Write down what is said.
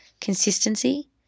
consistency